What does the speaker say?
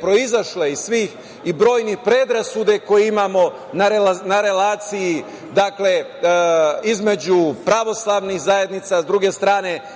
proizašle, iz svih brojnih predrasuda koje imamo na relaciji, između pravoslavnih zajednica, sa druge strane